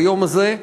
ביום הזה,